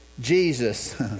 Jesus